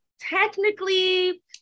technically